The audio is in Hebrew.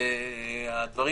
והדברים